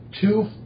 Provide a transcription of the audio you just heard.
two